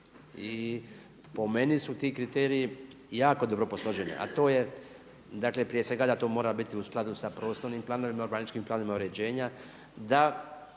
i po meni su ti kriteriji jako dobro posloženi, a to je dakle prije svega da to mora biti u skladu sa prostornim planovima, urbanističkim planovima uređenja, da